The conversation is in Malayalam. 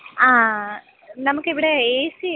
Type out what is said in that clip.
ആ തെക്കടത്തെയാണ് അല്ലേ എന്നാണ് രമ വിളിച്ചത്